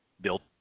built